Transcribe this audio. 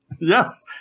Yes